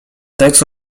tekst